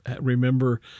remember